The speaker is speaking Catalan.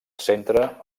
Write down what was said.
centre